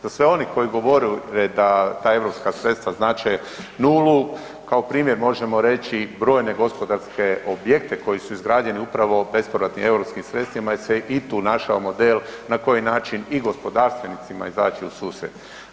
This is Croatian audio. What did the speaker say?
Za sve one koji govore da ta europska sredstva znače nulu kao primjer možemo reći brojne gospodarske objekte koji su izgrađeni upravo bespovratnim europskim sredstvima jer se i tu našao model na koji način i gospodarstvenicima izaći u susret.